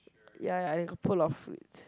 ya ya I got put a lot of fruits